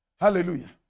Hallelujah